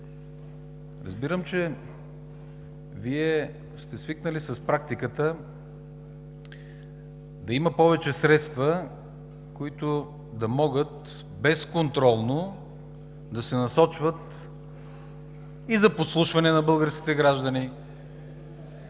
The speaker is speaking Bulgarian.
разбирам, че Вие сте свикнали с практиката да има повече средства, които да могат безконтролно да се насочват и за подслушване на българските граждани,